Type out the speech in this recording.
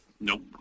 Nope